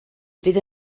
fydd